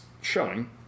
showing